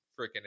freaking